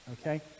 Okay